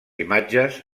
imatges